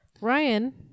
Ryan